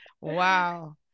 Wow